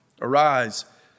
Arise